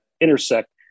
intersect